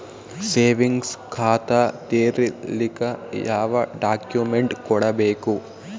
Savings ಖಾತಾ ತೇರಿಲಿಕ ಯಾವ ಡಾಕ್ಯುಮೆಂಟ್ ಕೊಡಬೇಕು?